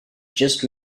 just